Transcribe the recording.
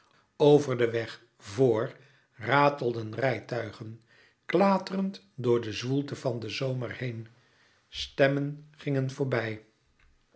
over den weg voor ratelden rijtuigen klaterend door de zwoelte van den zomer heen stemmen gingen voorbij